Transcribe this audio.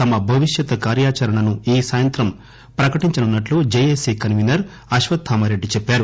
తమ భవిష్యత్ కార్యాచరణను ఈ సాయంత్రం ప్రకటించనున్నట్లు జేఏసీ కన్వీనర్ అశ్వత్థామరెడ్డి చెప్పారు